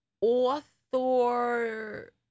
author